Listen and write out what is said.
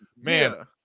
Man